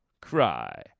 Cry